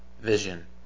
vision